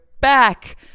back